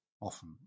often